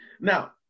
Now